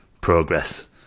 progress